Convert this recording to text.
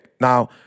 now